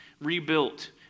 rebuilt